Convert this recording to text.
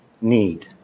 need